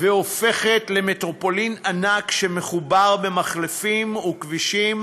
והופכת למטרופולין ענק, שמחובר במחלפים וכבישים,